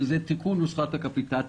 שהוא תיקון נוסחת הקפיטציה,